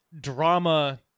drama